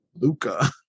Luca